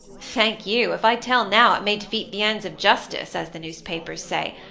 thank you. if i tell now, it may defeat the ends of justice, as the newspapers say.